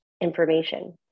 information